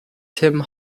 tim